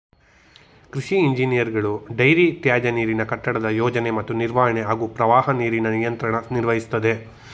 ಕೃಷಿ ಇಂಜಿನಿಯರ್ಗಳು ಡೈರಿ ತ್ಯಾಜ್ಯನೀರಿನ ಕಟ್ಟಡದ ಯೋಜನೆ ಮತ್ತು ನಿರ್ವಹಣೆ ಹಾಗೂ ಪ್ರವಾಹ ನೀರಿನ ನಿಯಂತ್ರಣ ನಿರ್ವಹಿಸ್ತದೆ